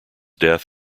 death